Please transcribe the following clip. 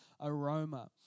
aroma